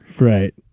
Right